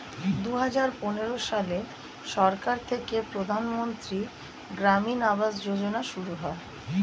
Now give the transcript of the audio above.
দুহাজার পনেরো সালে সরকার থেকে প্রধানমন্ত্রী গ্রামীণ আবাস যোজনা শুরু হয়